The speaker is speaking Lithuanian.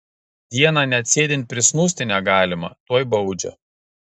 dieną net sėdint prisnūsti negalima tuoj baudžia